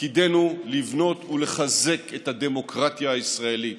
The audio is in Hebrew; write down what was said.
תפקידנו לבנות ולחזק את הדמוקרטיה הישראלית,